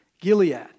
Gilead